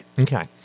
Okay